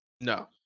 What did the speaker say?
No